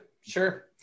sure